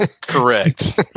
Correct